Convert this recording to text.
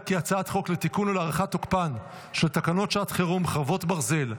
לתיקון ולהארכת תוקפן של תקנות שעת חירום (חרבות ברזל)